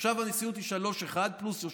עכשיו הנשיאות היא 1:3 פלוס יושב-ראש.